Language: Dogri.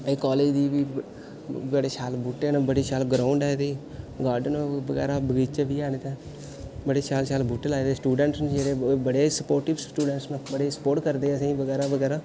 एह् कॉलेज दी बी बड़े शैल बूह्टे न बड़ी शैल ग्राउंड ऐ एह्दी गार्डन बगैरा बगीचे बी है'न इत्थें बड़े शैल शैल बूह्टे लाए दे स्टूडैंट ने जेह्ड़े बड़े स्पोर्टिव न बड़ी स्पोर्ट करदे असें ई बगैरा बगैरा